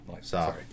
Sorry